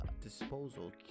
disposal